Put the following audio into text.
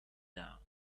down